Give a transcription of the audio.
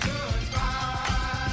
Goodbye